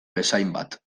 bezainbat